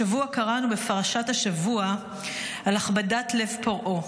השבוע קראנו בפרשת השבוע על הכבדת לב פרעה.